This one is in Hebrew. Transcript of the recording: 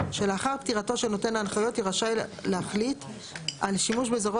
שלאחר פטירתו של נותן ההנחיות יהיה רשאי להחליט על שימוש בזרעו